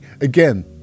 again